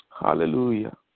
Hallelujah